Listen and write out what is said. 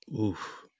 Oof